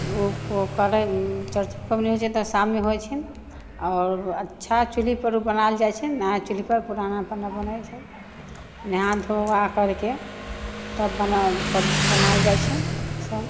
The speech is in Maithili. उ चौरचन पबनि होइ छै तऽ शाममे होइ छै आओर अच्छा चुल्हिपर बनायल जाइ छै नया चुल्हिपर पुराना चुल्हिपर नहि बनै छै नहा धुआ करिके तब बना पब बनैल जाइ छै सभ